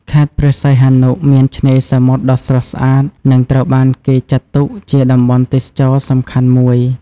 ខេត្តព្រះសីហនុ មានឆ្នេរសមុទ្រដ៏ស្រស់ស្អាត និងត្រូវបានគេចាត់ទុកជាតំបន់ទេសចរណ៍សំខាន់មួយ។